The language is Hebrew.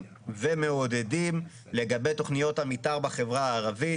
ומעודדים לגבי תכניות המתאר בחברה הערבית.